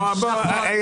כן.